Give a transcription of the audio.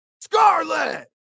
Scarlet